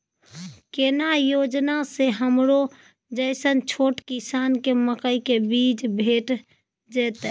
केना योजना स हमरो जैसन छोट किसान के मकई के बीज भेट जेतै?